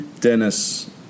Dennis